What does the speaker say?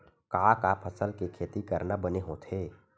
का का फसल के खेती करना बने होथे?